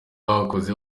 bakoze